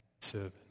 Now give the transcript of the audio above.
servant